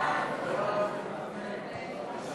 סעיף 1 נתקבל.